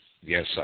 Yes